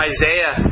Isaiah